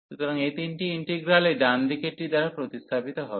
সুতরাং এই তিনটি ইন্টিগ্রাল এই ডানদিকেরটি দ্বারা প্রতিস্থাপিত হবে